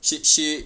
she she